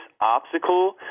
obstacle